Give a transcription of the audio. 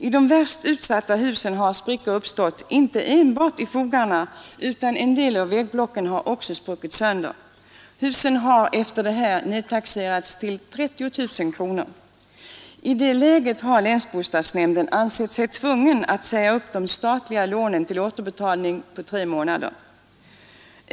I de värst utsatta husen har sprickor uppstått inte enbart i fogarna utan en del av väggblocken har också spruckit sönder. Husen har efter detta nedtaxerats till 30 000 kronor. I det läget har länsbostadsnämnden ansett sig tvungen att säga upp de statliga lånen till återbetalning inom tre månader.